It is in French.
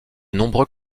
nombreux